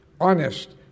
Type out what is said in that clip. Honest